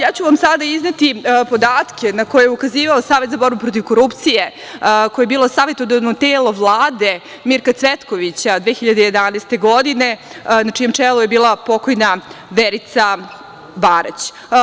Ja ću vam sada izneti podatke na koje je ukazivao Savet za borbu protiv korupcije, koje je bilo savetodavno telo Vlade Mirka Cvetkovića, 2011. godine, na čijem čelu je bila pokojna Verica Barać.